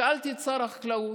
שאלתי את שר החקלאות,